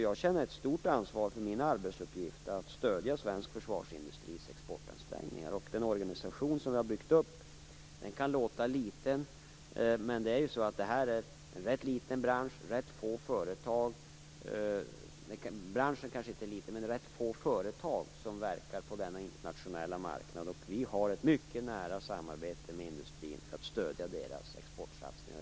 Jag känner ett stort ansvar för min arbetsuppgift att stödja svensk försvarsindustris exportansträngningar. Den organisation som vi har byggt upp kan låta liten, men det här är ju en rätt liten bransch med rätt få företag - eller branschen kanske inte är liten, men det är rätt få företag som verkar på denna internationella marknad. Vi har ett mycket nära samarbete med industrin för att stödja deras exportsatsningar.